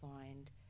find